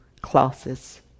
classes